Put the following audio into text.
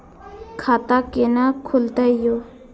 खाता केना खुलतै यो